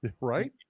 Right